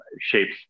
shapes